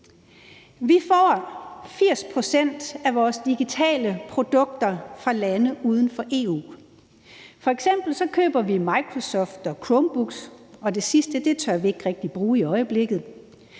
Vi får 80 pct. af vores digitale produkter fra lande uden for EU. F.eks. køber vi Microsoft og Chromebooks, og det sidste tør vi ikke rigtig bruge i øjeblikket.